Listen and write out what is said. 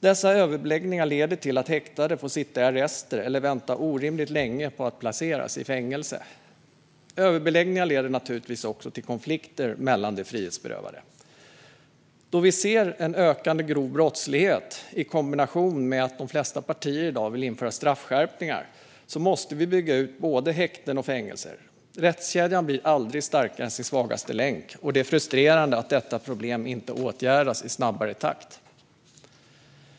Dessa överbeläggningar leder till att häktade får sitta i arrester eller vänta orimligt länge på att placeras i fängelse. Överbeläggningar leder naturligtvis också till konflikter mellan de frihetsberövade. Då vi ser en ökande grov brottslighet, i kombination med att de flesta partier i dag vill införa straffskärpningar, måste vi bygga ut både häkten och fängelser. Rättskedjan blir aldrig starkare än sin svagaste länk. Det är frustrerande att detta problem inte åtgärdas i snabbare takt.